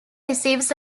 receives